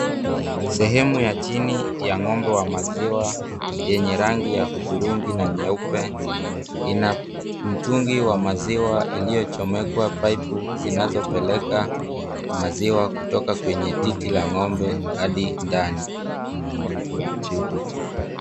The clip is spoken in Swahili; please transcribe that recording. Sehemu ya chini ya ng'ombe wa maziwa, yenye rangi ya hudhurungi na nyeupe, ina mtungi wa maziwa iliyochomekwa paipu zinazopeleka maziwa kutoka kwenye titi la ng'ombe hadi ndani.